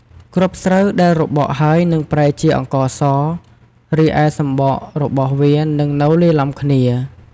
គ្រាប់ស្រូវដែលរបកហើយនឹងប្រែជាអង្ករស រីឯសម្បករបស់វានឹងនៅលាយឡំគ្នា។